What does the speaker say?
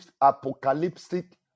apocalyptic